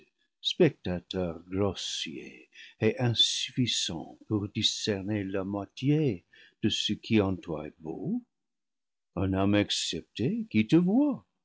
spectateurs grossiers et insuffisants pour discerner la moitié de ce qui en toi est beau un homme ex cepté qui te voit